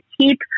keep